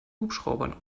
hubschraubern